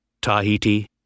Tahiti